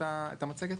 מצגת)